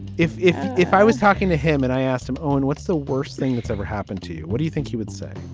if if i was talking to him and i asked him, owen, what's the worst thing that's ever happened to you? what do you think he would say?